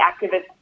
activists